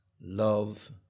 love